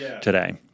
today